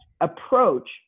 approach